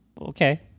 Okay